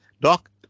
Doc